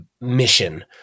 mission